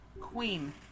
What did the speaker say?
Queen